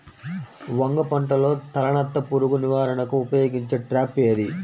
వంగ పంటలో తలనత్త పురుగు నివారణకు ఉపయోగించే ట్రాప్ ఏది?